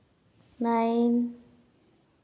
nine